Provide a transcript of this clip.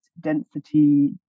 density